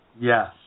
Yes